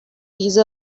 these